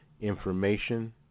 information